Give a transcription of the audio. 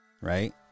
right